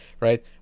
right